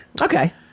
Okay